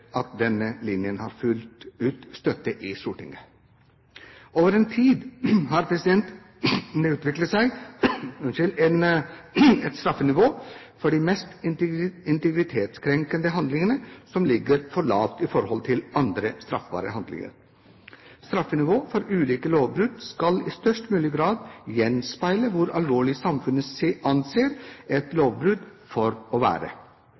at denne linjen har fullt ut støtte i Stortinget. Over en tid har det utviklet seg et straffenivå for de mest integritetskrenkende handlingene som ligger for lavt i forhold til andre straffbare handlinger. Straffenivået for ulike lovbrudd skal i størst mulig grad gjenspeile hvor alvorlig samfunnet anser et lovbrudd for å være.